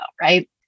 right